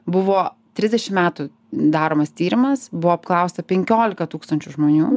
buvo trisdešim metų daromas tyrimas buvo apklausta penkiolika tūkstančių žmonių